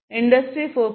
industry 4